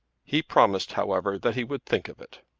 he promised, however, that he would think of it.